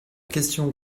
question